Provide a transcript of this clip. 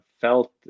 felt